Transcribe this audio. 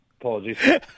apologies